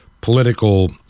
political